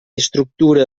estructura